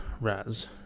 raz